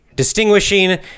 distinguishing